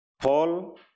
Paul